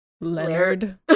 Leonard